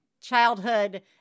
childhood